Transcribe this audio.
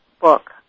book